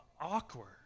awkward